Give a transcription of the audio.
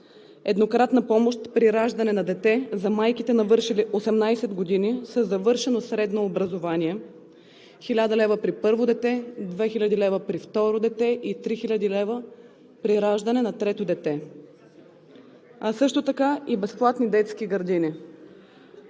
еднократна помощ при раждане на дете за майките, навършили 18 години със завършено средно образование – 1000 лв. при първо дете, 2000 лв. при второ дете и 3000 лв. при раждане на трето дете, а също така и безплатни детски градини;